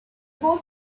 both